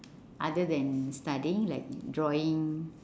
other than studying like drawing